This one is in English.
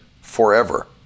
forever